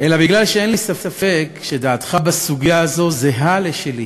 אלא בגלל שאין לי ספק שדעתך בסוגיה זו זהה לשלי,